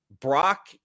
Brock